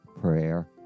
prayer